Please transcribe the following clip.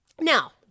Now